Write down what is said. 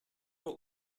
were